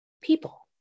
people